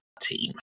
team